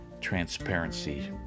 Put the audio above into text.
transparency